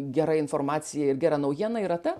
gera informacija ir gera naujiena yra ta